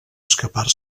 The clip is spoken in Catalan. escapar